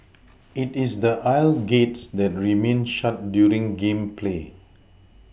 it is the aisle gates that remain shut during game play